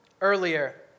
Earlier